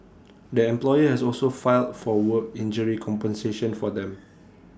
the employer has also filed for work injury compensation for them